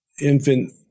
infant